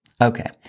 Okay